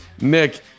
Nick